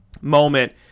moment